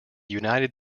united